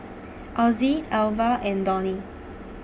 Ozzie Alvia and Donny